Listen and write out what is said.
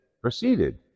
proceeded